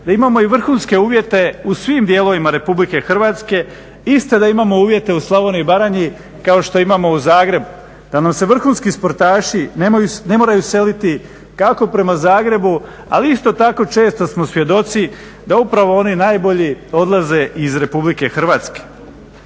da imamo i vrhunske uvjete u svim dijelovima RH iste da imamo uvjete u Slavoniji i Baranji kao što imamo u Zagrebu. Da nam se vrhunski sportaši ne moraju seliti kako prema Zagrebu ali isto tako često smo svjedoci da upravo oni najbolji odlaze iz RH. Gledajući